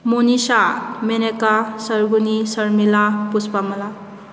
ꯃꯣꯅꯤꯁꯥ ꯃꯦꯅꯀꯥ ꯁꯔꯒꯨꯅꯤ ꯁꯔꯃꯤꯂꯥ ꯄꯨꯁꯄꯥꯃꯥꯂꯥ